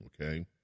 Okay